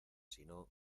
sino